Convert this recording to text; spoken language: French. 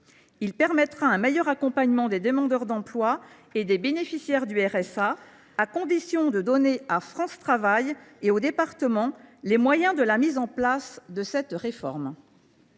Il permettra un meilleur accompagnement des demandeurs d’emploi et des bénéficiaires du RSA, à condition de donner à France Travail et aux départements les moyens de la mise en place de cette réforme.